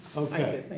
okay.